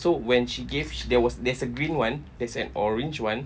so when she gave there was there's a green one there's an orange one